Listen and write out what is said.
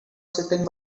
sitting